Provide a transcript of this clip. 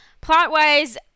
Plot-wise